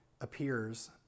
appears